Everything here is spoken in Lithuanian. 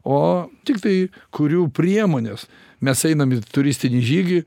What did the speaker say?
o tiktai kurių priemones mes einam į turistinį žygį